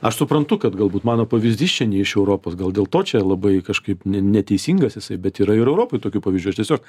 aš suprantu kad galbūt mano pavyzdys čia ne iš europos gal dėl to čia labai kažkaip ne neteisingas jisai bet yra ir europoj tokių pavyzdžių aš tiesiog